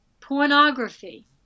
pornography